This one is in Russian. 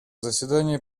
заседание